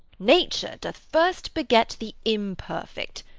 nature doth first beget the imperfect,